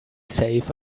safe